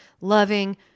loving